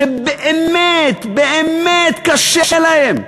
שבאמת, באמת קשה להם.